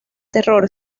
terror